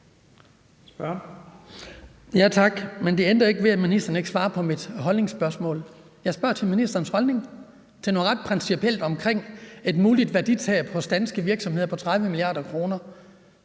Tak. Men det ændrer ikke på, at ministeren ikke svarer på mit holdningsspørgsmål. Jeg spørger til ministerens holdning til noget ret principielt om et muligt værditab hos danske virksomheder på 30 mia. kr.